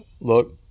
look